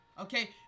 Okay